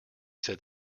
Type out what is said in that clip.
said